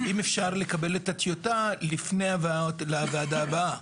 אם אפשר לקבל את הטיוטה לפני הבאה לוועדה הבאה.